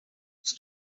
was